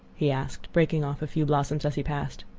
he asked, breaking off a few blossoms as he passed.